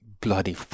bloody